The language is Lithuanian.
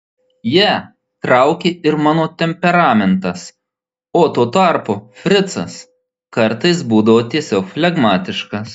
ją traukė ir mano temperamentas o tuo tarpu fricas kartais būdavo tiesiog flegmatiškas